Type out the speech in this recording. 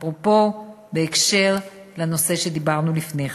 אפרופו, בהקשר של הנושא שדיברנו עליו לפני כן.